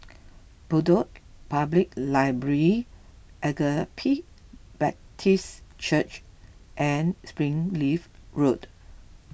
Bedok Public Library Agape Baptist Church and Springleaf Road